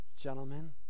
Gentlemen